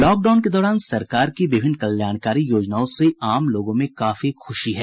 lockdown के दौरान सरकार की विभिन्न कल्याणकारी योजनाओं से आम लोगों में काफी खुशी है